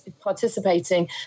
participating